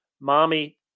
mommy